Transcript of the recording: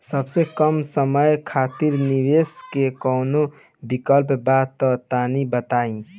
सबसे कम समय खातिर निवेश के कौनो विकल्प बा त तनि बताई?